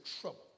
trouble